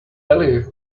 alley